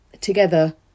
together